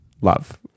Love